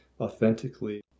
authentically